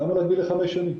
למה להגביל לחמש שנים?